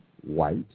white